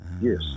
Yes